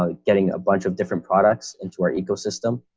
ah getting a bunch of different products into our ecosystem.